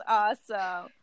awesome